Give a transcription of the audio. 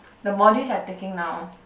the modules you are taking now